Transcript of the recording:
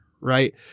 right